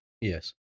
Yes